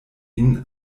ihn